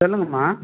சொல்லுங்கம்மா